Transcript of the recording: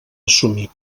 assumir